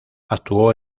actuó